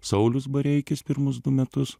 saulius bareikis pirmus du metus